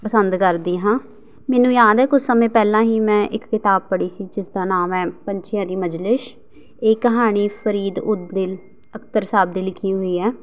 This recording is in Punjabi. ਪਸੰਦ ਕਰਦੀ ਹਾਂ ਮੈਨੂੰ ਯਾਦ ਹੈ ਕੁਛ ਸਮੇਂ ਪਹਿਲਾਂ ਹੀ ਮੈਂ ਇੱਕ ਕਿਤਾਬ ਪੜ੍ਹੀ ਸੀ ਜਿਸਦਾ ਨਾਮ ਹੈ ਪੰਛੀਆਂ ਦੀ ਮਜਲਿਸ ਇਹ ਕਹਾਣੀ ਫਰੀਦ ਉਦ ਬਿਲ ਅਖਤਰ ਸਾਹਿਬ ਨੇ ਲਿਖੀ ਹੋਈ ਹੈ